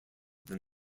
than